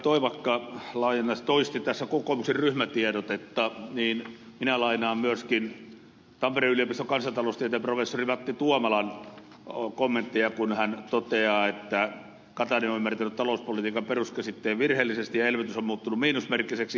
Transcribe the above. toivakka toisti tässä kokoomuksen ryhmätiedotetta niin minä lainaan myöskin tampereen yliopiston kansantaloustieteen professori matti tuomalan kommentteja kun hän toteaa että katainen on ymmärtänyt talouspolitiikan peruskäsitteen virheellisesti ja elvytys on muuttunut miinusmerkkiseksi